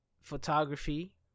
photography